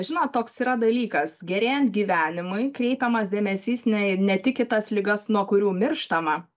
žinot toks yra dalykas gerėjant gyvenimui kreipiamas dėmesys ne ne tik į tas ligas nuo kurių mirštama